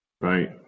Right